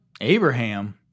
Abraham